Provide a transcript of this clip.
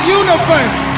universe